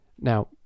Now